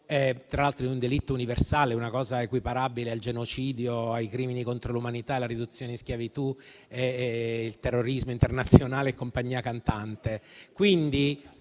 tra l'altro, di un delitto universale, equiparabile al genocidio, ai crimini contro l'umanità, alla riduzione in schiavitù e al terrorismo internazionale e compagnia cantante.